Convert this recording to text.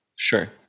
Sure